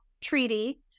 treaty